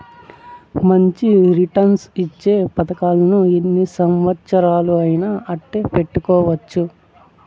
మంచి రిటర్న్స్ ఇచ్చే పతకాలను ఎన్ని సంవచ్చరాలయినా అట్టే పెట్టుకోవచ్చు